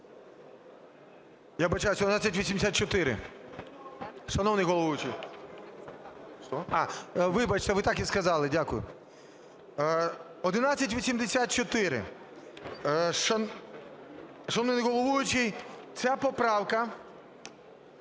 Я вибачаюсь, 1184. Шановний головуючий! Вибачте, ви так і сказали. Дякую. 1184. Шановний головуючий, ця поправка